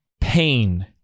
pain